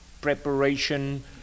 preparation